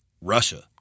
Russia